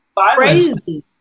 Crazy